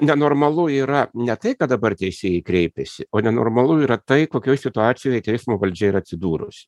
nenormalu yra ne tai kad dabar teisėjai kreipėsi o nenormalu yra tai kokioj situacijoj teismo valdžia yra atsidūrus